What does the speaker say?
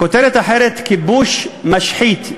כותרת אחרת: כיבוש משחית.